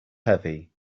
heavy